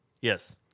Yes